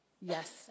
Yes